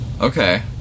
Okay